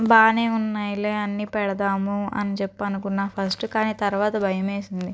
బాగానే ఉన్నాయిలే అన్ని పెడదాము అని చెప్పు అనుకున్న ఫస్ట్ కాని తర్వాత భయమేసింది